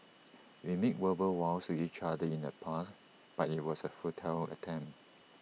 we made verbal vows to each other in the past but IT was A futile attempt